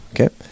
okay